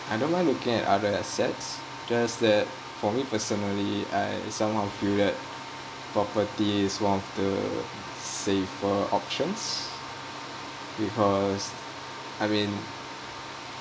I don't mind looking at other assets just that for me personally I somehow feel that property is one of the safer options because I mean